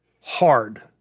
hard